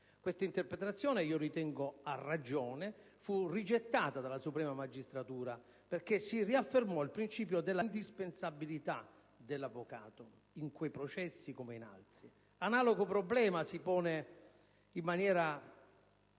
questa interpretazione - ritengo a ragione - fu rigettata dalla suprema magistratura, perché si riaffermò il principio dell'indispensabilità dell'avvocato in quei processi come in altri. Analogo problema si pone, in maniera